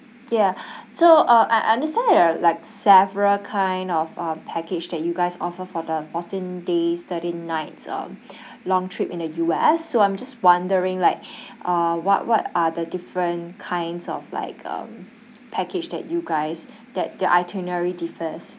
ya so uh I understand there are like several kind of um package that you guys offer for the fourteen days thirteen nights of long trip in the U_S so I'm just wondering like uh what what are the different kinds of like um package that you guys that the itinerary differs